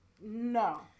No